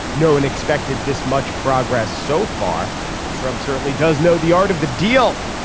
no one expected this much progress so far and trump certainly does know the art of the deal.